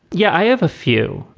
yeah, i have a few.